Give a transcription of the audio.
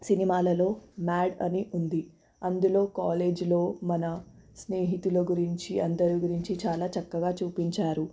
సినిమాలలో మ్యాడ్ అని ఉంది అందులో కాలేజీలో మన స్నేహితుల గురించి అందరు గురించి చాలా చక్కగా చూపించారు